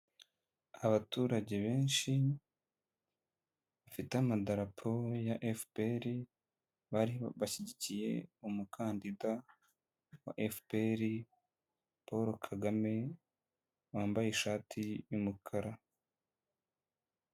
Abaturage benshi, bafite amadarapo ya FPR, bari bashyigikiye umukandida wa FPR, Paul Kagame. Wambaye ishati y'umukara.